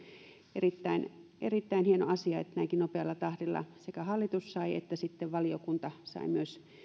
erittäin erittäin hieno asia että näinkin nopealla tahdilla sekä hallitus että sitten valiokunta saivat myös